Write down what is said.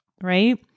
right